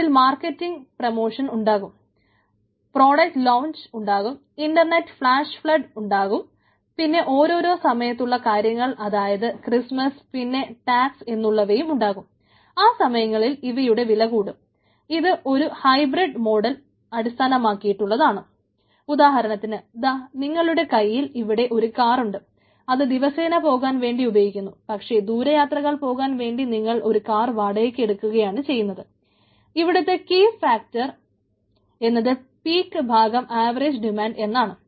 അതിൽ market promotion ഉണ്ടാകും എന്നത് പീക്ക് ഭാഗം ആവറേജ് ഡിമാൻഡ് എന്നാണ്